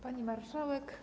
Pani Marszałek!